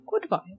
Goodbye